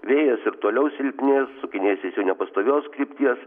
vėjas ir toliau silpnės sukinėsis jau nepastovios krypties